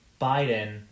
Biden